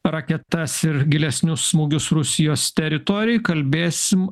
raketas ir gilesnius smūgius rusijos teritorijai kalbėsim